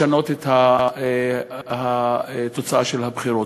לשנות את התוצאה של הבחירות.